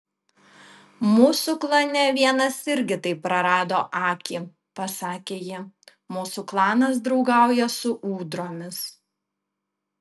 mūsų klane vienas irgi taip prarado akį pasakė ji mūsų klanas draugauja su ūdromis